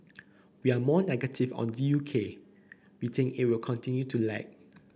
we are more negative on the U K we think it will continue to lag